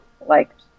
liked